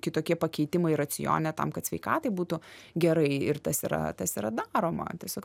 kitokie pakeitimai racione tam kad sveikatai būtų gerai ir tas yra tas yra daroma tiesiog